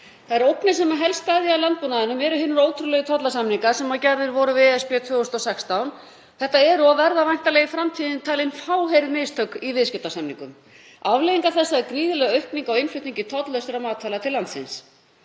Þær ógnir sem helst steðja að landbúnaðinum eru hinir ótrúlegu tollasamningar sem gerðir voru við ESB 2016. Þetta eru og verða væntanlega í framtíðinni talin fáheyrð mistök í viðskiptasamningum. Afleiðingar þessa er gríðarlega aukning á innflutningi tolllausra matvæla til landsins.